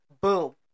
Boom